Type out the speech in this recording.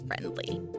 friendly